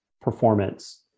performance